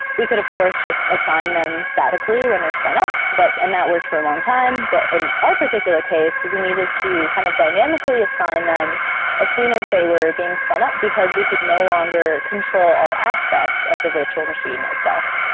we could of course just assign them statically when they're spun up, but and that worked for a long time. but in our particular case, we needed to kind of dynamically assign them as soon as they were being spun out because we could no longer control all aspects of the virtual machine itself.